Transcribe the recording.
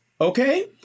okay